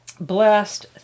blessed